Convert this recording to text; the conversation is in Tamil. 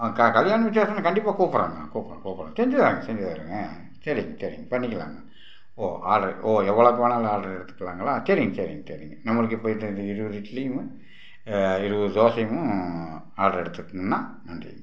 ஆ க கல் கல்யாண வீட்டில் தானேங்க கண்டிப்பாக கூப்பிட்றேங்க கூப்பிட்றேன் கூப்பிட்றேன் செஞ்சுத்தரேன் செஞ்சுத்தரேங்க சரிங்க சரிங்க பண்ணிக்கலாங்க ஓ ஆர்ட்ர் ஓ எவ்வளோக்கு வேணாலும் ஆர்ட்ரு எடுத்துக்கலாங்களா சரிங்க சரிங்க சரிங்க நம்மளுக்கு இப்போது இது இருபது இட்லியுமும் இருபது தோசையும் ஆர்ட்ரு எடுத்துக்குங்கண்ணா நன்றிங்க